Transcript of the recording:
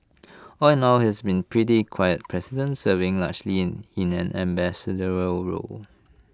all in all he's been A pretty quiet president serving largely in in an ambassadorial role